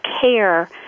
care